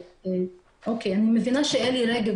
אני מבינה שאלי רגב,